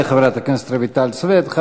תודה לחברת הכנסת רויטל סויד.